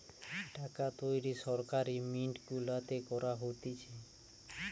টাকা তৈরী সরকারি মিন্ট গুলাতে করা হতিছে